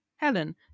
Helen